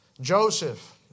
Joseph